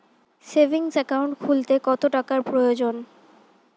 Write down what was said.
Savings account খুলতে কত টাকার প্রয়োজন?